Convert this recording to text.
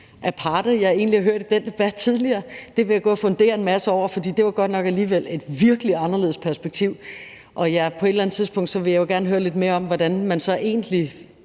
aparte, jeg egentlig har hørt i debatten, og det vil jeg gå og fundere en masse over, for det var godt nok alligevel et virkelig anderledes perspektiv. Og ja, på et eller andet tidspunkt vil jeg jo gerne høre lidt mere om, hvordan man så egentlig